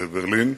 בברלין,